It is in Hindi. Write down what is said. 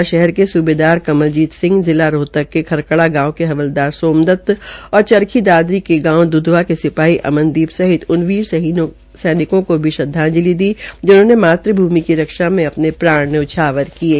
सदन ने अम्बाला शहर के सूबेदार कमलजीत सिंह जिला रोहतक के खरकड़ा गांव के हवलदार सोमदत और जिला चरखी दादरी गांव द्धवा के सिपाही अमनदीप सहित उन वीर सैनिकों का भी श्रदवाजंलि दी जिन्होंने मातृभूमि की रक्षा के अपने प्राण न्यौछावर किये